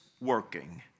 working